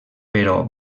però